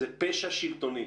זה פשע שלטוני